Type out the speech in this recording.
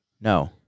no